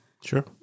Sure